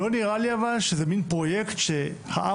אבל לא נראה לי שזה מין פרויקט שהעם